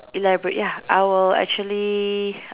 elaborate ya I will actually